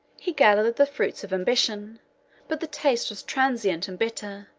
he gathered the fruits of ambition but the taste was transient and bitter